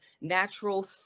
natural